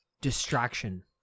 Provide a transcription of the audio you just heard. distraction